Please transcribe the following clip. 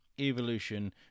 Evolution